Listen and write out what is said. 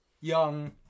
young